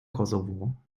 kosovo